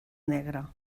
negre